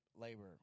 labor